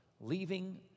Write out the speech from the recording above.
leaving